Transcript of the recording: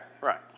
Right